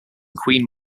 queen